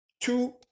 two